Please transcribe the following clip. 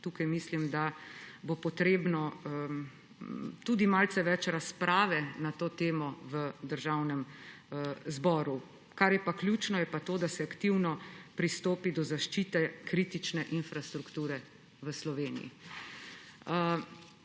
Tukaj mislim, da bo potrebno tudi malce več razprave na to temo v Državnem zboru. Kar je pa ključno, je pa to, da se aktivno pristopi do zaščite kritične infrastrukture v Sloveniji.